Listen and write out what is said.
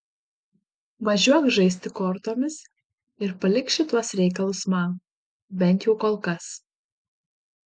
važiuok žaisti kortomis ir palik šituos reikalus man bent jau kol kas